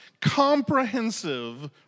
comprehensive